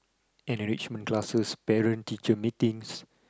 enrichment classes parent teacher meetings